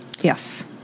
Yes